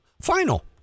final